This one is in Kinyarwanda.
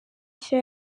nshya